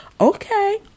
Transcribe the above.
okay